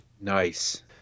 Nice